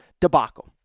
debacle